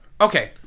Okay